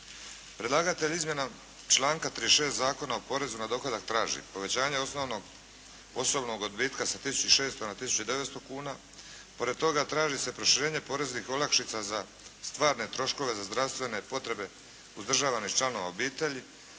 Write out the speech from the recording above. Predlagatelj izmjena članka 36. Zakona o porezu na dohodak traži povećanje osnovnog osobnog odbitka sa tisuću i 600 na tisuću i 900 kuna. Pored toga traži se proširenje poreznih olakšica za stvarne troškove za zdravstvene potrebe uzdržavanih članova obitelji